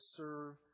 serve